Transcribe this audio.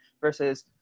versus